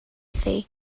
thi